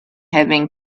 having